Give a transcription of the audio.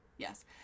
Yes